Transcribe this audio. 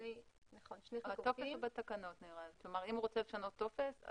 אם הוא רוצה לשנות טופס,